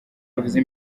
yavuze